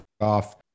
off